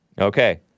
Okay